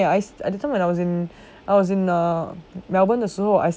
that time when I was in I was in err melbourne 的时候